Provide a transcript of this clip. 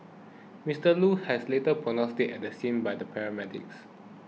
Mister Loo has later pronounced dead at the scene by the paramedics